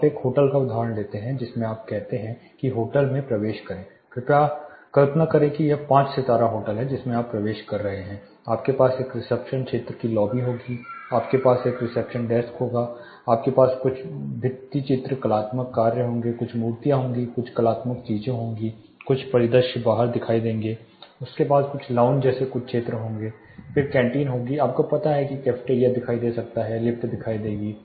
आप एक होटल का उदाहरण लेते हैं जिसमें आप कहते हैं कि होटल में प्रवेश करें कल्पना करें कि यह एक पाँच सितारा होटल है जिसमें आप प्रवेश कर रहे हैं आपके पास एक रिसेप्शन क्षेत्र की लॉबी होगी तो आपके पास रिसेप्शन डेस्क होगी आपके पास कुछ भित्तिचित्र कलात्मक कार्य होंगे कुछ मूर्तियाँ होंगी कुछ कलात्मक चीजें होंगी कुछ परिदृश्य बाहर दिखाई देंगे उनके पास लाउंज जैसे कुछ क्षेत्र होंगे फिर कैंटीन होगा आपको पता है कि कैफेटेरिया दिखाई दे सकता है लिफ्ट दिखाई देगी